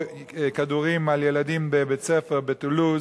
או כדורים על ילדים בבית-ספר בטולוז,